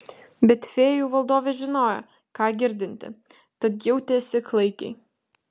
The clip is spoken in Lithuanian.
bet fėjų valdovė žinojo ką girdinti tad jautėsi klaikiai